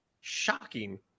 Shocking